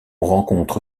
rencontre